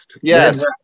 Yes